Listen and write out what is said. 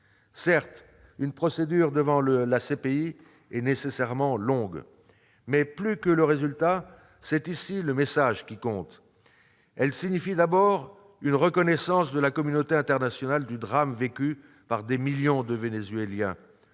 Certes, une procédure devant la CPI est nécessairement longue. Mais, plus que le résultat, c'est ici le message qui compte : cette procédure signifie d'abord la reconnaissance, par la communauté internationale, du drame vécu par des millions de Vénézuéliens,